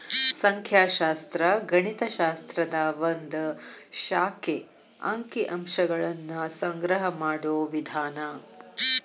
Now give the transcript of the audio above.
ಸಂಖ್ಯಾಶಾಸ್ತ್ರ ಗಣಿತ ಶಾಸ್ತ್ರದ ಒಂದ್ ಶಾಖೆ ಅಂಕಿ ಅಂಶಗಳನ್ನ ಸಂಗ್ರಹ ಮಾಡೋ ವಿಧಾನ